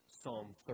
Psalm